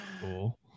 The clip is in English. cool